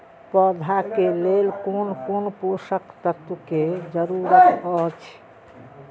पौधा के लेल कोन कोन पोषक तत्व के जरूरत अइछ?